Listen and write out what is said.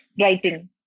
writing